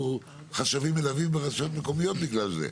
חשבים מלווים ברשויות המקומיות בגלל זה.